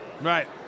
Right